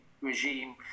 regime